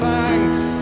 Thanks